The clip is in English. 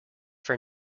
for